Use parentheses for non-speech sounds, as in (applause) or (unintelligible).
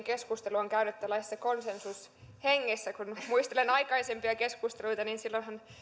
(unintelligible) keskustelua on käyty tällaisessa konsensushengessä kun muistelen aikaisempia keskusteluita niin silloinhan